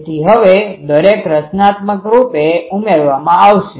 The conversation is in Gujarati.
તેથી હવે દરેક રચનાત્મકરૂપે ઉમેરવામાં આવશે